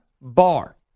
bar